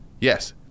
yes